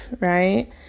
right